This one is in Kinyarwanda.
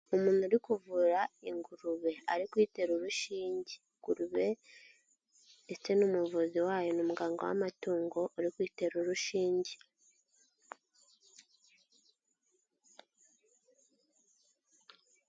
Umuntu uri kuvura ingurube ari kuyitera urushinge, ingurube ndetse n'umuvuzi wayo ni umuganga w'amatungo uri kuyitera urushinge.